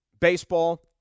baseball